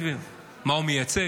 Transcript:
מי מדבר ככה?